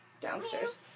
Downstairs